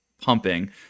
pumping